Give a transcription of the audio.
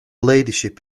ladyship